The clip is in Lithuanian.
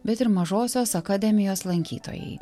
bet ir mažosios akademijos lankytojai